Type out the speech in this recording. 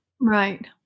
Right